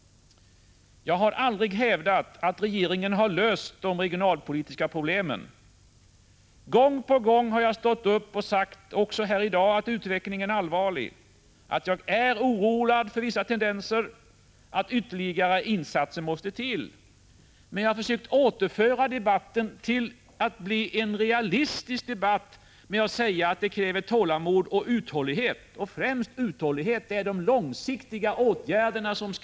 Jag har aldrig hävdat att regeringen har löst de regionalpolitiska problemen. Gång på gång har jag sagt, även i dag, att utvecklingen är allvarlig, att jag är oroad över vissa tendenser och att ytterligare insatser måste till. Men jag har försökt att göra debatten realistisk genom att säga att det krävs tålamod och uthållighet — främst uthållighet. Det är de långsiktiga åtgärderna 85 Prot.